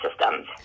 systems